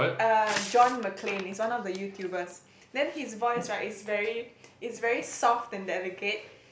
uh John Maclane is one of the YouTubers then his voice right is very is very soft and delicate